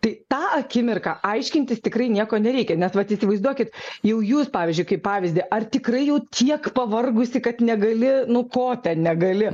tai tą akimirką aiškintis tikrai nieko nereikia nes vat įsivaizduokit jau jūs pavyzdžiui kaip pavyzdį ar tikrai jau tiek pavargusi kad negali nu ko ten negali